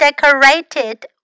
decorated